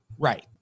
Right